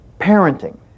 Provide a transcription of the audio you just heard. parenting